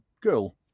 girl